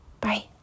Bye